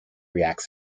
reacts